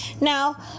now